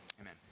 Amen